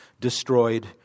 destroyed